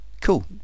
Cool